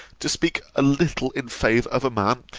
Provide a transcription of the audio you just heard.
to speak a little in favour of a man,